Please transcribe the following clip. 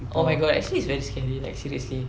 oh my god actually it's very scary like seriously